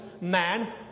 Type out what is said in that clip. man